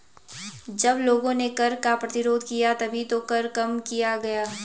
जब लोगों ने कर का प्रतिरोध किया तभी तो कर कम किया गया